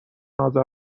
اذر